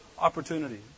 opportunity